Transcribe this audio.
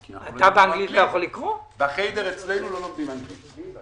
אצלנו בחדר לא לומדים אנגלית.